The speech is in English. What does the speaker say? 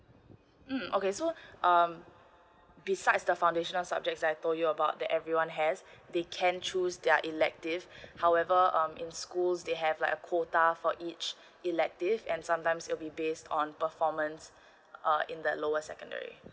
mm okay so um besides the foundation subjects as I told you about that everyone has they can choose their elective however um in schools they have like a quota for each elective and sometimes you'll be based on performance uh in the lower secondary